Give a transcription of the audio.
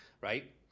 right